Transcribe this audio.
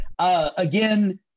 Again